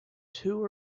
two